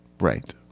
Right